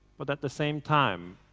but at the same time,